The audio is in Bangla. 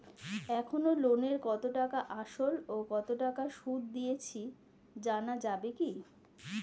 এখনো লোনের কত টাকা আসল ও কত টাকা সুদ দিয়েছি জানা যাবে কি?